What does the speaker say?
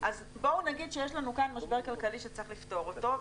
אז בואו נגיד שיש לנו כאן משבר כלכלי שצריך לפתור אותו.